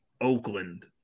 Oakland